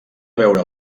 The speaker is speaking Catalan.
veure